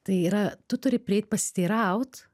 tai yra tu turi prieit pasiteiraut